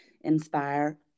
inspire